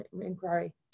Inquiry